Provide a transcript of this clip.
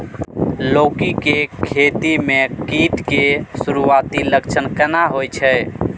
लौकी के खेती मे कीट के सुरूआती लक्षण केना होय छै?